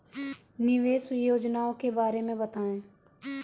निवेश योजनाओं के बारे में बताएँ?